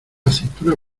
aceituna